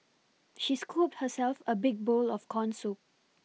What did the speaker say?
she scooped herself a big bowl of corn soup